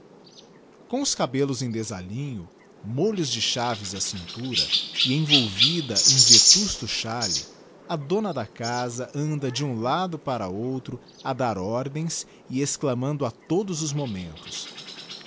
com cabellos em desalinho molhos de chaves á cintura e envolvida em vetusto chalé a dona da asa anda de um lado para outro a dar ordens e exclamando a todos os momentos